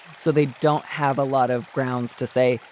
so they don't have a lot of grounds to say,